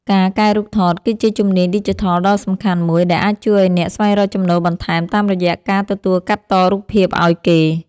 ការកែរូបថតគឺជាជំនាញឌីជីថលដ៏សំខាន់មួយដែលអាចជួយឱ្យអ្នកស្វែងរកចំណូលបន្ថែមតាមរយៈការទទួលកាត់តរូបភាពឱ្យគេ។